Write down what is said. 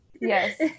Yes